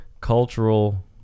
cultural